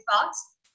thoughts